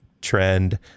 trend